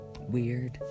Weird